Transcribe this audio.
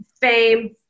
fame